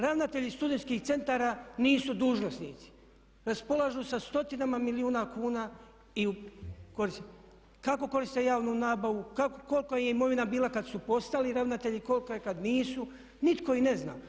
Ravnatelji studentskih centara nisu dužnosnici, raspolažu sa stotinama milijuna kuna i kako koriste javnu nabavu, kolika im je imovina bila kad su postali ravnatelji, kolika je kad nisu, nitko i ne zna.